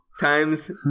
Times